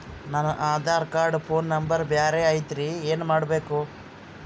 ನನ Aadhaar card phone number ಬ್ಯಾರೆ ಐತ್ರಿ ಏನ ಮಾಡಬೇಕು?